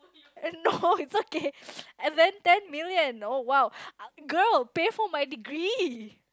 then no it's okay and then ten million oh !wow! girl pay for my degree